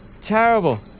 Terrible